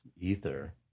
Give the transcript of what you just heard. ether